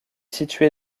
situé